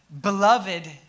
beloved